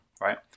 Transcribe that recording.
right